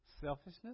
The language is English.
selfishness